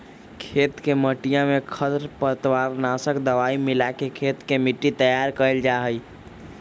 खेत के मटिया में खरपतवार नाशक दवाई मिलाके खेत के मट्टी तैयार कइल जाहई